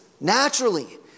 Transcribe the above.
naturally